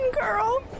girl